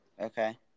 Okay